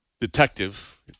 detective